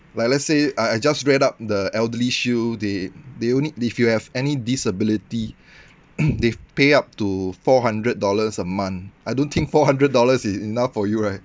like let's say I I just read up the elderly shield they they only if you have any disability they pay up to four hundred dollars a month I don't think four hundred dollars is enough for you right